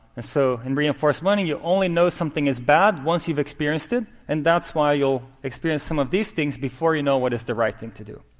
and so in reinforced learning, you only know something is bad once you've experienced it. and that's why you'll experience some of these things before you know what is the right thing to do.